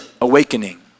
awakening